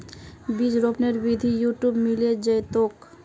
बीज रोपनेर विधि यूट्यूबत मिले जैतोक